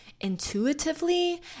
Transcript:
intuitively